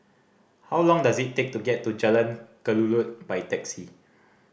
how long does it take to get to Jalan Kelulut by taxi